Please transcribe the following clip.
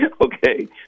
Okay